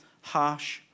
harsh